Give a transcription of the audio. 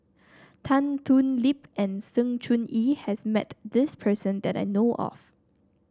Tan Thoon Lip and Sng Choon Yee has met this person that I know of